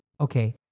Okay